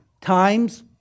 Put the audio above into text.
times